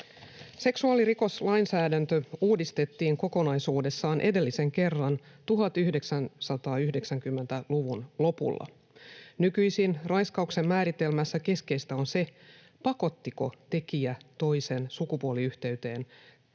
Seksuaalirikoslainsäädäntö uudistettiin kokonaisuudessaan edellisen kerran 1990-luvun lopulla. Nykyisin raiskauksen määritelmässä keskeistä on se, pakottiko tekijä toisen sukupuoliyhteyteen tai